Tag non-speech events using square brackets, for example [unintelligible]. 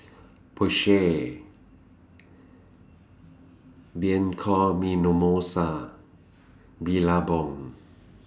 Porsche [noise] Bianco [unintelligible] Billabong